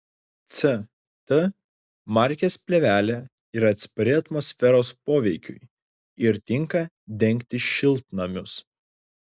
ct markės plėvelė yra atspari atmosferos poveikiui ir tinka dengti šiltnamius